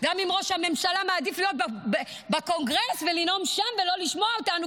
גם אם ראש הממשלה מעדיף לנאום בקונגרס ולא לשמוע אותנו,